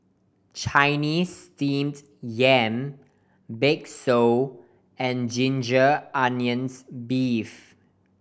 Chinese Steamed Yam bakso and ginger onions beef